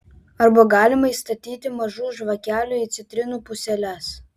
arba galima įstatyti mažų žvakelių į citrinų puseles